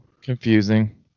Confusing